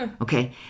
Okay